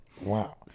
Wow